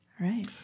Right